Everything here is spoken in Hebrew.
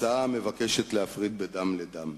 הצעה המבקשת להפריד בין דם לדם,